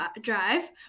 Drive